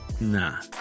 Nah